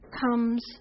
comes